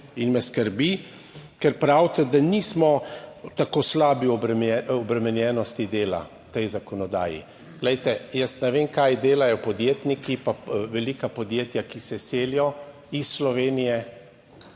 in me skrbi, ker pravite, da nismo tako slabi, obremenjenosti dela v tej zakonodaji. Glejte, jaz ne vem kaj delajo podjetniki pa velika podjetja, ki se selijo iz Slovenije,